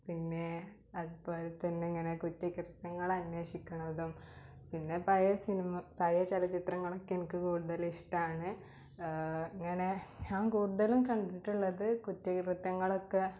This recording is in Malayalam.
പിന്നേ അതുപോലെ തന്നെ ഞാനാ കുറ്റകൃത്യങ്ങളന്വേഷിക്കുന്നതും പിന്നെ പഴേ സിനിമ പഴയ ചലച്ചിത്രങ്ങളൊക്കെ എനിക്ക് കൂട്തലിഷ്ടമാണ് ഇങ്ങനെ ഞാൻ കൂടുതലും കണ്ടിട്ടുള്ളത് കുറ്റകൃത്യങ്ങളൊക്കെ